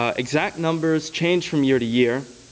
ah exact numbers change from year to year,